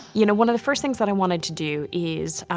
you know, one of the first things that i wanted to do is,